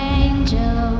angel